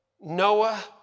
Noah